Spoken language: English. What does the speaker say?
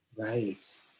right